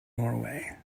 norway